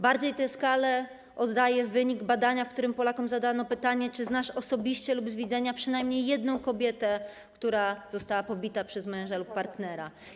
Bardziej tę skalę oddaje wynik badania, w którym Polakom zadano pytanie: Czy znasz osobiście lub z widzenia przynajmniej jedną kobietę, która została pobita przez męża lub partnera?